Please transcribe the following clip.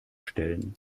stellen